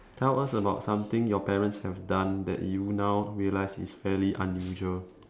tell us about something your parents have done that you now realise is fairly unusual